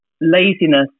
laziness